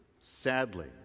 sadly